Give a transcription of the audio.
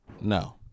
No